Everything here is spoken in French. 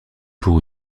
pour